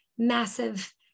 Massive